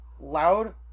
loud